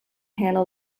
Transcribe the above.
handle